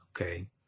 okay